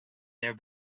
their